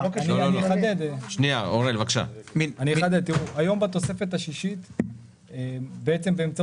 ומצד שני שומר על העיקרון של הגדלת מלאי השכירות לטווח ארוך.